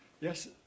yes